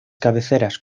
cabeceras